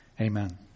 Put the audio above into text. Amen